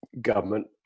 government